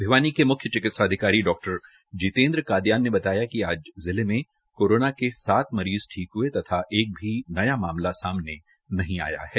भिवानी के मुख्य चिकित्सा अधिकारी डा जितेन्द्र कादियान ने बताया कि आज जिले मे कोरोना के सात मरीज ठीक हुये तथा एक भी नया मामला सामने नहीं आया है